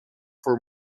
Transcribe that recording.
for